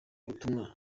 butumwa